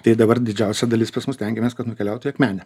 tai dabar didžiausia dalis pas mus stengiamės kad nukeliautų į akmenę